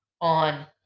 on